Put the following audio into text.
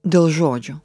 dėl žodžio